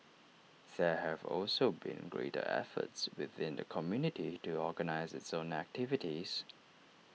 there have also been greater efforts within the community to organise its own activities